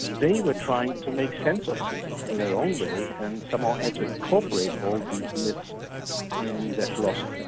they were trying to make sense of this in their own way and somehow had to incorporate all these myths in their philosophy.